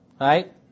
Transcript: right